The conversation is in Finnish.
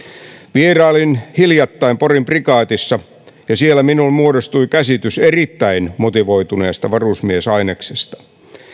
vierailin hiljattain porin prikaatissa ja siellä minulle muodostui käsitys erittäin motivoituneesta varusmiesaineksesta